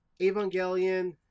Evangelion